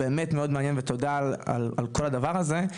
הבאמת מאד מעניין ותודה על כל הדבר הזה.